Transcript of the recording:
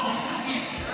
התשפ"ג 2023,